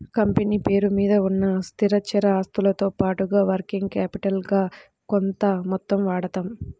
company పేరు మీద ఉన్న స్థిరచర ఆస్తులతో పాటుగా వర్కింగ్ క్యాపిటల్ గా కొంత మొత్తం వాడతాం